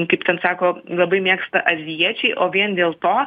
kaip ten sako labai mėgsta azijiečiai o vien dėl to